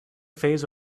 phase